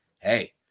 hey